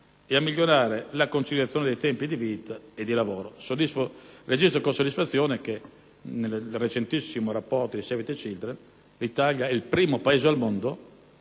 e a migliorare la conciliazione dei tempi di vita e di lavoro. Registro con soddisfazione che secondo il recentissimo rapporto di «Save the children» l'Italia è il primo Paese al mondo